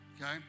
okay